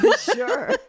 Sure